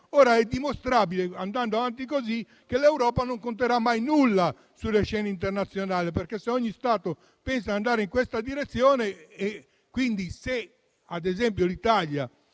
È dimostrabile, andando avanti così, che l'Europa non conterà mai nulla sulla scena internazionale, se ogni Stato pensa di andare in questa direzione. Se l'Italia